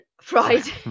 Friday